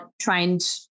trained